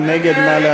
מי נגד?